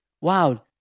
wow